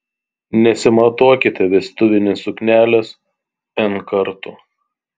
nesimatuokite vestuvinės suknelės n kartų